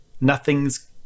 Nothing's